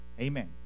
Amen